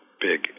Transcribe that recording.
big